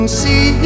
see